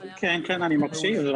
כן, אני מקשיב.